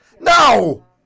No